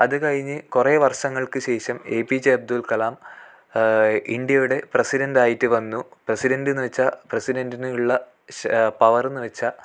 അത് കഴിഞ്ഞ് കുറേ വർഷങ്ങൾക്ക് ശേഷം എ പി ജെ അബ്ദുൾകലാം ഇന്ത്യയുടെ പ്രസിഡൻ്റായിട്ട് വന്നു പ്രസിഡൻ്റെന്നു വെച്ചാൽ പ്രസിഡൻ്റിനുള്ള പവറെന്നു വെച്ചാൽ